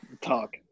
talk